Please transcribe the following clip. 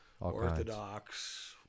Orthodox